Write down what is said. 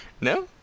No